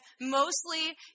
mostly